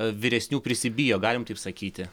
vyresnių prisibijo galim taip sakyti